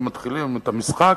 ומתחילים את המשחק,